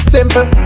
Simple